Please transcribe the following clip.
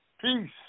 Peace